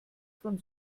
von